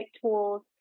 tools